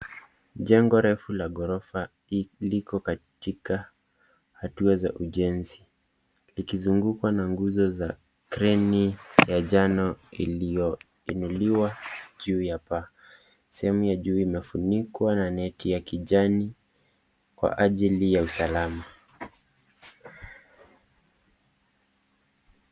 Jengo refu la ghorofa liko katika hatua za ujenzi. Likizungukwa na nguzo za kreni ya njano iliyoinuliwa juu ya paa. Sehemu ya juu imefunikwa na neti ya kijani kwa ajili ya usalama.